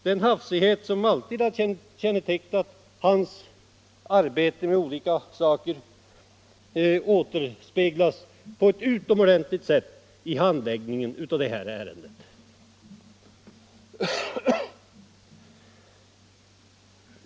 Den hafsighet som alltid har kännetecknat hans arbete med olika frågor återspeglas på ett utomordentligt sätt i handläggningen av detta ärende.